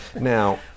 Now